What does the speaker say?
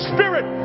Spirit